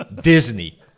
Disney